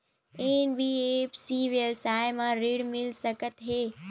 NBFC व्यवसाय मा ऋण मिल सकत हे